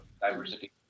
diversity